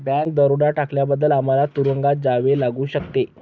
bank दरोडा टाकल्याबद्दल आम्हाला तुरूंगात जावे लागू शकते